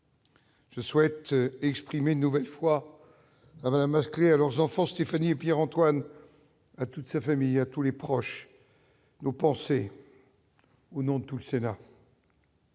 Je souhaite exprimer une nouvelle fois à Madame inscrire leurs enfants Stéphanie Pierre-Antoine. à toute sa famille à tous les proches, nos pensées au nom de tout le Sénat.